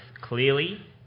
clearly